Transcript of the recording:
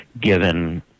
given